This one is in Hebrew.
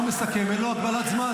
כן, כי לשר מסכם אין הגבלת זמן,